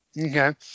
okay